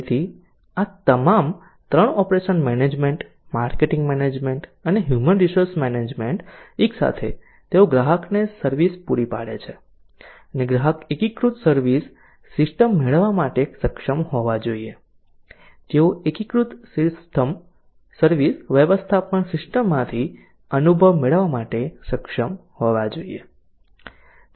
તેથી આ તમામ 3 ઓપરેશન્સ મેનેજમેન્ટ માર્કેટિંગ મેનેજમેન્ટ અને હ્યુમન રિસોર્સ મેનેજમેન્ટ એકસાથે તેઓ ગ્રાહકને સર્વિસ પૂરી પાડે છે અને ગ્રાહક એકીકૃત સર્વિસ સીસ્ટમ મેળવવા માટે સક્ષમ હોવા જોઈએ તેઓ એકીકૃત સર્વિસ વ્યવસ્થાપન સીસ્ટમમાંથી અનુભવ મેળવવા માટે સક્ષમ હોવા જોઈએ